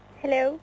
hello